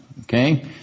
Okay